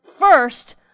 first